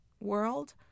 world